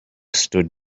stood